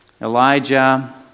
Elijah